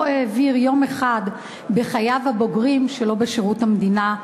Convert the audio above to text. העביר יום אחד בחייו הבוגרים שלא בשירות המדינה,